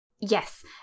Yes